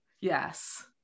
yes